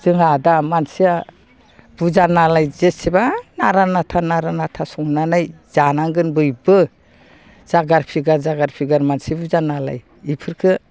जोंहा दा मानसिया बुरजा नालाय जेसेबां नारा नाथा नारा नाथा संनानै जानांगोन बयबो जागार फिगार जागार फिगार मानसि बुरजा नालाय बेफोरखौ